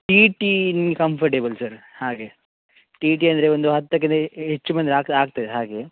tea T ನಿಮ್ಗೆ comfortable sir ಹಾಗೆ T T ಅಂದರೆ ಒಂದು ಹತ್ತಕ್ಕಿಂತ ಹೆಚ್ಚು ಮಂದಿ ಹಾಕು ಹಾಕ್ತೇವೆ ಹಾಗೆ